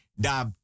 Da